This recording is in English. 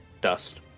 Dust